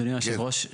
אדוני היושב ראש,